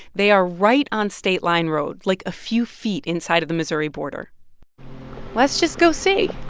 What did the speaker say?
they are right on state line road like, a few feet inside of the missouri border let's just go see.